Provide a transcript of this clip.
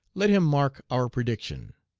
let him mark our prediction.